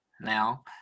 now